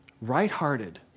right-hearted